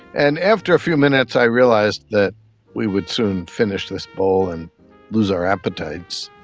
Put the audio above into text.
and after a few minutes i realised that we would soon finish this bowl and lose our appetites.